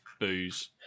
booze